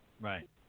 Right